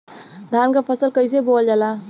धान क फसल कईसे बोवल जाला?